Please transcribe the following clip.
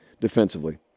defensively